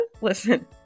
Listen